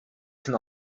can